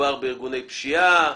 מדובר בארגוני פשיעה,